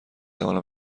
توانم